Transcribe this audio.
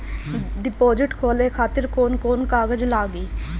Deposit खोले खातिर कौन कौन कागज लागी?